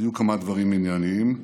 היו כמה דברים ענייניים,